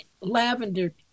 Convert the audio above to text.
lavender